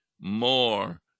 more